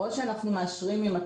או שאנחנו מאשרים עם התניות.